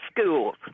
schools